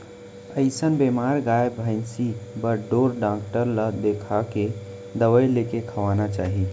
अइसन बेमार गाय भइंसी बर ढोर डॉक्टर ल देखाके दवई लेके खवाना चाही